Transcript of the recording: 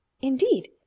Indeed